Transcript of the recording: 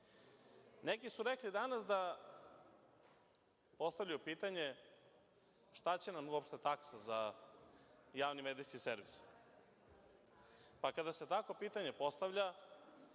su rekli danas, postavljaju pitanje - šta će nam uopšte taksa za javni medijski servis? Pa, kada se tako pitanje postavlja